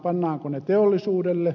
pannaanko ne teollisuudelle